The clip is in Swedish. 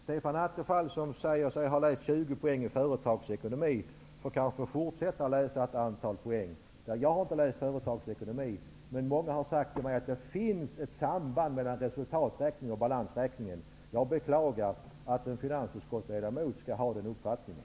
Stefan Attefall, som säger sig ha läst 20 poäng i företagsekonomi, får kanske fortsätta att läsa ett antal poäng. Jag har inte läst företagsekonomi, men många har sagt till mig att det finns ett samband mellan resultaträkning och balansräkning. Jag beklagar att en finansutskottsledamot skall ha den här uppfattningen.